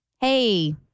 hey